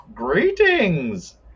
Greetings